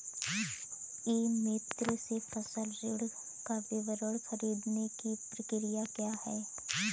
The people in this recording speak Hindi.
ई मित्र से फसल ऋण का विवरण ख़रीदने की प्रक्रिया क्या है?